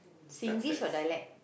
Singlish or dialect